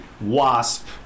Wasp